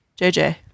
JJ